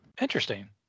interesting